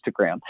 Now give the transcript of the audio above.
Instagram